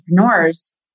entrepreneurs